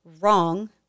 wrong